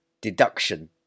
deduction